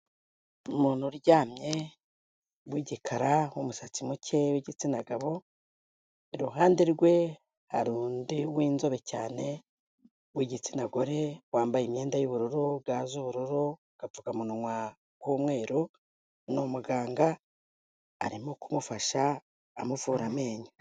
Umuntu uryamye w'igikara, w'umusatsi muke w'igitsina gabo, iruhande rwe hari undi w'inzobe cyane, w'igitsina gore, wambaye imyenda y'ubururu, ga z'ubururu, agapfukamunwa k'umweru, ni umuganga, arimo kumufasha amuvura amenyo.